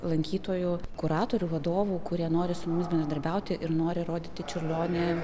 lankytojų kuratorių vadovų kurie nori su mumis bendradarbiauti ir nori rodyti čiurlionį